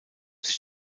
sich